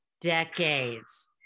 decades